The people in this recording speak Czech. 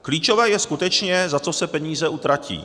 Klíčové je skutečně, za co se peníze utratí.